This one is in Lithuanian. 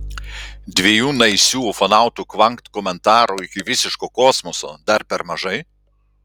dviejų naisių ufonautų kvankt komentarų iki visiško kosmoso dar per mažai